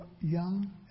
young